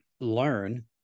learn